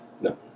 No